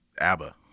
ABBA